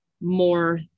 more